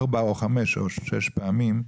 ארבע או חמש או שש פעמים,